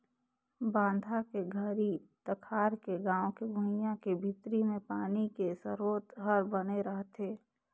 बांधा के घरी तखार के गाँव के भुइंया के भीतरी मे पानी के सरोत हर बने रहथे